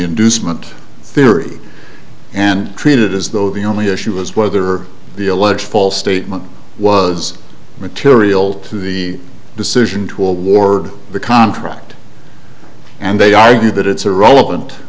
inducement theory and treated as though the only issue is whether the alleged false statement was immaterial to the decision to award the contract and they argue that it's a role an